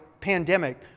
pandemic